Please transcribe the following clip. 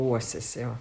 uosis jo